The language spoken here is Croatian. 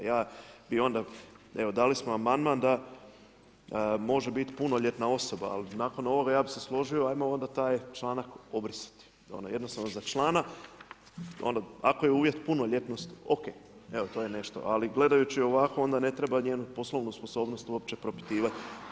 Evo dali smo amandman da može biti punoljetna osoba, ali nakon ovoga ja bih se složio ajmo onda taj članak obrisati, jednostavno za člana ako je uvjet punoljetnost ok, evo to je nešto, ali gledajući ovako onda ne treba njenu poslovnu sposobnost uopće propitivati.